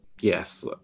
yes